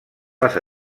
les